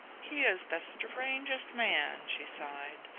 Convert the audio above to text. he is the strangest man, she sighed.